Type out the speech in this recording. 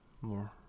more